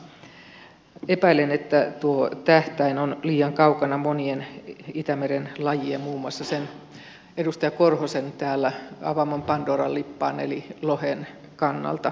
epäilen että tuo tähtäin on liian kaukana monien itämeren lajien muun muassa sen edustaja korhosen täällä avaaman pandoran lippaan eli lohen kannalta